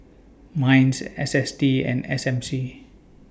Minds S S T and S M C